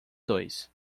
dois